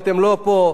אתם לא פה,